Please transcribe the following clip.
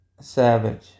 Savage